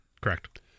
Correct